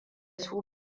su